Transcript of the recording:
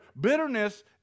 bitterness